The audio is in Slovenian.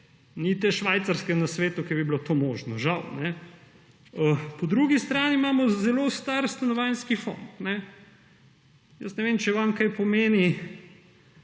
Ni takšne švajcerske na svetu, kjer bi bilo to možno, žal. Po drugi strani imamo zelo star stanovanjski fond. Ne vem, ali vam kaj pomeni